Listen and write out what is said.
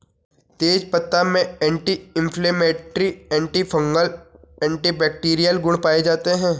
तेजपत्ता में anti inflammatory, antifungal, antibacterial गुण पाये जाते है